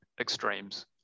extremes